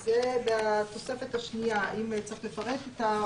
זה בתוספת השנייה, אם צריך לפרש את ההוראות.